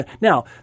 Now